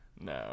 No